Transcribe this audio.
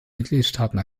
mitgliedstaaten